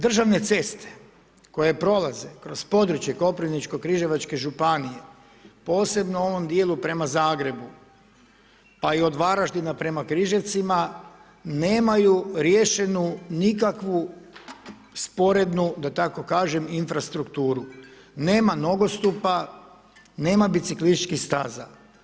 Državne ceste koje prolaze kroz područje Koprivničko-križevačke županije, posebno u ovom dijelu prema Zagrebu, pa i od Varaždina prema Križevcima, nemaju riješenu nikakvu sporednu, da tako kažem, infrastrukturu, nema nogostupa, nema biciklističkih staza.